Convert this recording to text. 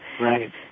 right